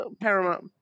Paramount